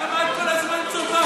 למה את כל הזמן צווחת?